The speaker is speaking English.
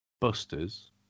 Busters